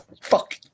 fuck